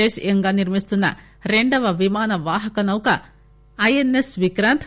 దేశీయంగా నిర్మిస్తున్న రెండవ విమాన వాహక నౌక ఐఎస్ఎస్ విక్రాంత్